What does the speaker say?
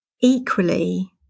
equally